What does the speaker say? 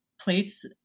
plates